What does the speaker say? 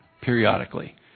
periodically